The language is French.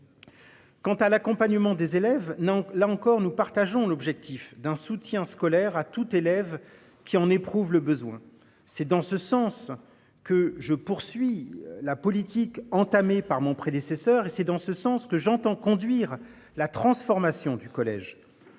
Quant à l'accompagnement des élèves. Non, là encore, nous partageons l'objectif d'un soutien scolaire à tout élève qui en éprouvent le besoin. C'est dans ce sens que je poursuis la politique entamée par mon prédécesseur et c'est dans ce sens que j'entends conduire la transformation du collège.